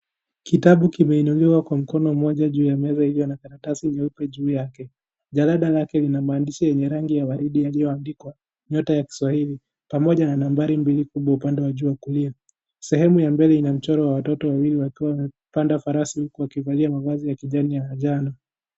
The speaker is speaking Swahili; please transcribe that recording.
Kitabu kimeinuliwa kwa mkono mmoja juu ya meza iliyo na karatasi nyeupe juu yake, jarada lake lina maandishi yenye rangi ya waridi iliyoandikwa nyota ya kiswahili pamoja na nambari mbili kubwa upande wa juu wa kulia sehemu ya mbele ina mchoro wa watoto wawili wakiwa wamepanda farasi wakivalia mavali ya kijani ya kijano.